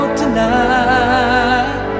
tonight